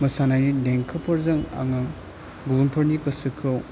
मोसानायनि देंखोफोरजों आङो गुबुनफोरनि गोसोखौ